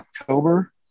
October